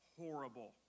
horrible